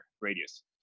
radius